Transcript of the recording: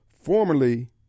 formerly